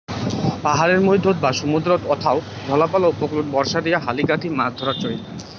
পাহাড়ের মইধ্যত বা সমুদ্রর অথাও ঝলঝলা উপকূলত বর্ষা দিয়া হালি গাঁথি মাছ ধরার চইল